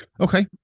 okay